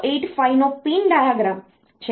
તેથી આ 8085 નો પિન ડાયાગ્રામ છે